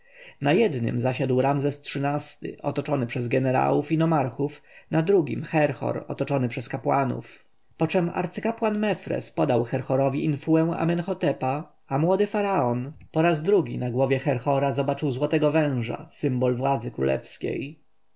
na jednym zasiadł ramzes xiii-ty otoczony przez jenerałów i nomarchów na drugim herhor otoczony przez kapłanów poczem arcykapłan mefres podał herhorowi infułę amenhotepa a młody faraon po raz drugi na głowie herhora zobaczył złotego węża symbol władzy królewskiej